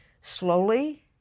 slowly